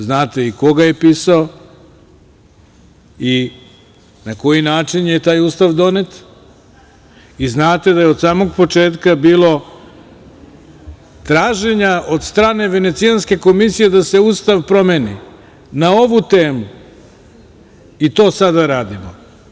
Znate i ko ga je pisao i na koji način je taj Ustav donet i znate da je od samog početka bilo traženja od strane Venecijanske komisije da se Ustav promeni na ovu temu, to sada radimo.